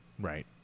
Right